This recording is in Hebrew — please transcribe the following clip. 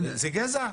זה גזע.